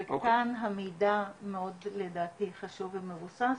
וכאן המידע מאוד לדעתי חשוב ומבוסס,